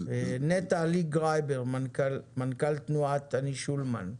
נטעלי גרייבר, מנכ"ל תנועת "אני שולמן".